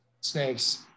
Snakes